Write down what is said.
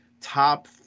top